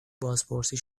بازپرسی